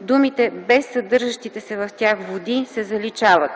думите „без съдържащите се в тях води” се заличават.